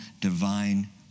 divine